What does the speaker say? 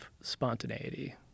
spontaneity